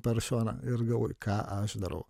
per šoną ir galvoju ką aš darau